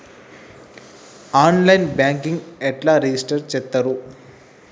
On line banking ఎట్లా register చేత్తరు?